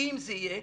אם זה יהיה,